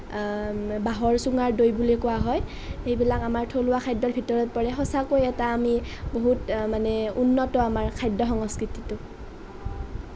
বাঁহৰ চুঙাৰ দৈ বুলি কোৱা হয় সেইবিলাক আমাৰ থলুৱা খাদ্যৰ ভিতৰত পৰে সঁচাকৈ আমি এটা বহুত মানে উন্নত আমাৰ খাদ্য সংস্কৃতিটো